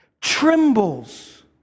trembles